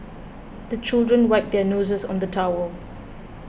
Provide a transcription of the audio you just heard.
the children wipe their noses on the towel